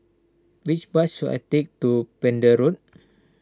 which bus should I take to Pender Road